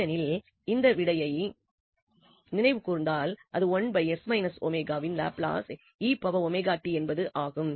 ஏனெனில் இந்த விடையை நினைவுகூர்ந்தால் இந்த இன் லாப்லாஸ் என்பது ஆகும்